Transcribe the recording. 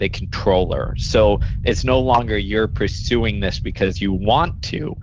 a controller. so, it's no longer you're pursuing this because you want to.